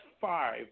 five